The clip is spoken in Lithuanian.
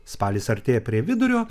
spalis artėja prie vidurio